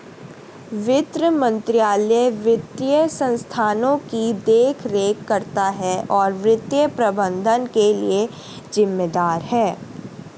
वित्त मंत्रालय वित्तीय संस्थानों की देखरेख करता है और वित्तीय प्रबंधन के लिए जिम्मेदार है